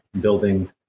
building